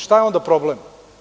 Šta je onda problem?